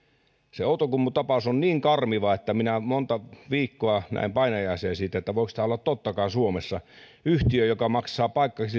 se outokummun tapaus on niin karmiva että minä monta viikkoa näin painajaisia siitä voiko tämä olla tottakaan suomessa yhtiöllä joka maksaa